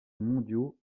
mondiaux